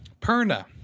Perna